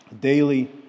Daily